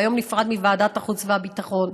והיום נפרד מוועדת החוץ והביטחון,